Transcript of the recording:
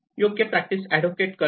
योग्य practice advocate करणे